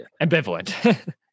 ambivalent